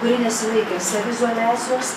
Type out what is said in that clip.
kuri nesilaikė saviizoliacijos